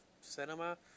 cinema